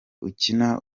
ukina